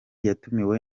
yatumiwe